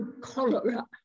cholera